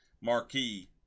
marquee